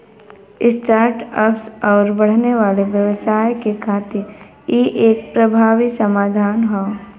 start ups आउर बढ़ने वाले व्यवसाय के खातिर इ एक प्रभावी समाधान हौ